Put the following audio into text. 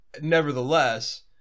Nevertheless